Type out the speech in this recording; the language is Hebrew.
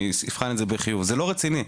זה לא רציני.